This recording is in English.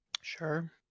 Sure